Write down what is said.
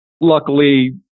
Luckily